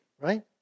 right